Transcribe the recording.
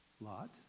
Lot